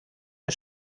der